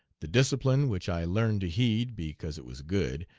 the discipline, which i learned to heed, because it was good,